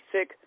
sick